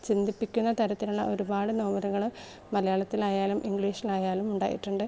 ചിന്തിപ്പിക്കുന്ന തരത്തിലുള്ള ഒരുപാട് നോവലുകൾ മലയാളത്തിലായാലും ഇംഗ്ലീഷിലായാലും ഉണ്ടായിട്ടുണ്ട്